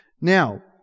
Now